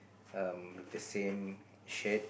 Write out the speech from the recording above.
um with the same shirt